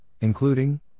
including